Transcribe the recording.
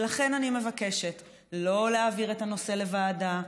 לכן אני מבקשת לא להעביר את הנושא לוועדה,